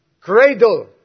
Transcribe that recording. cradle